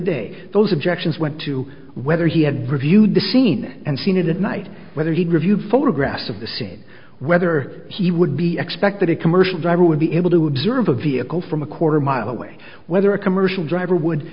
day those objections went to whether he had reviewed the scene and seen it at night whether he reviewed photographs of the scene whether he would be expect that a commercial driver would be able to observe a vehicle from a quarter mile away whether a commercial driver would